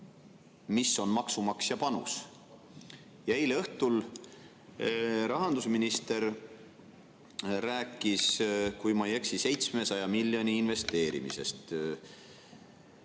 mis on maksumaksja panus. Ja eile õhtul rahandusminister rääkis, kui ma ei eksi, 700 miljoni investeerimisest.